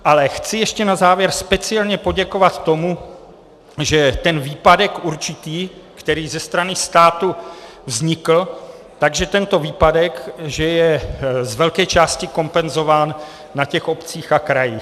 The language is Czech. Ale chci ještě na závěr speciálně poděkovat tomu, že ten určitý výpadek, který ze strany státu vznikl, tak že tento výpadek je z velké části kompenzován na těch obcích a krajích.